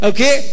Okay